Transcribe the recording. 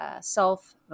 self